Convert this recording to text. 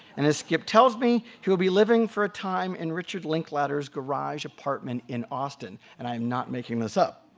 and as skip tells me, he will be living for a time in richard linklater's garage apartment in austin, and i am not making this up.